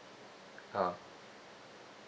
oh